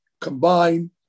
combine